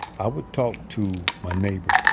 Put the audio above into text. i would talk to my neighbor.